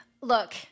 Look